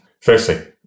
Firstly